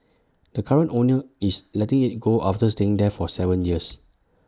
the current owner is letting IT go after staying there for Seven years